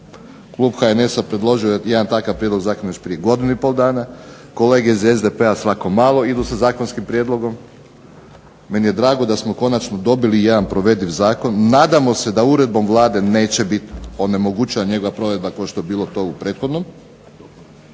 Klub HNS-a predložio je jedan takav prijedlog zakona već prije godinu i pol dana, kolege iz SDP-a svako malo idu sa zakonskim prijedlogom. Meni je drago da smo konačno dobili jedan provediv zakon. Nadamo se da uredbom Vlade neće biti onemogućena njegova provedba kao što je bilo to u prethodnom,